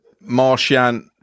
Martian